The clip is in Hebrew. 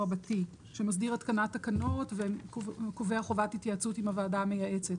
שמסדיר התקנת תקנות וקובע חובת התייעצות עם הוועדה המייעצת.